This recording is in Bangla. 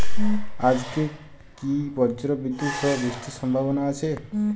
আজকে কি ব্রর্জবিদুৎ সহ বৃষ্টির সম্ভাবনা আছে?